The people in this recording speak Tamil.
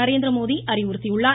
நரேந்திரமோடி அறிவுறுத்தியுள்ளார்